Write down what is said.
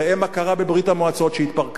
ראה מה קרה בברית-המועצות שהתפרקה,